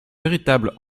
véritable